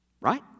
Right